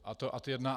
A to ad jedna.